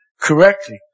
correctly